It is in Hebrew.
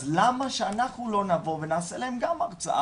אז למה שאנחנו לא נבוא ונעשה להם גם הרצאה?